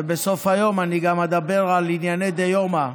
ובסוף היום אני גם אדבר על ענייני דיומא,